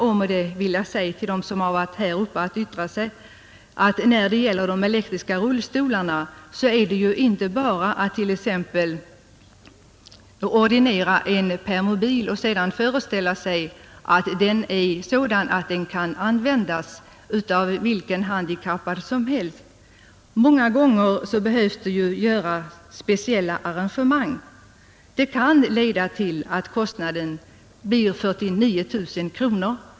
Låt mig också erinra om att när det gäller de elektriska rullstolarna är det inte bara att t.ex. ordinera en permobil och sedan föreställa sig att den kan användas av den handikappade. Många gånger behövs det göras specialarrangemang. Det kan leda till att kostnaden för permobilen blir 49 000 kronor.